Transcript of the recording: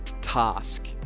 task